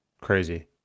crazy